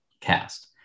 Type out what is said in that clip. cast